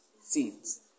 seeds